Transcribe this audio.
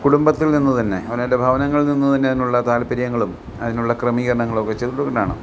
കുടുംബത്തിൽ നിന്നു തന്നെ അവനവൻ്റെ ഭവനങ്ങളിൽ നിന്നുതന്നെ അതിനുള്ള താൽപ്പര്യങ്ങളും അതിനുള്ള ക്രമീകരണങ്ങളും ഒക്കെ ചെലുത്തുന്നതിനാണ്